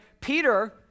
Peter